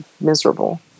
miserable